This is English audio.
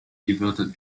inverted